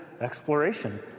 exploration